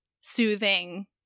soothing